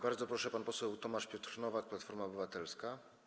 Bardzo proszę, pan poseł Tomasz Piotr Nowak, Platforma Obywatelska.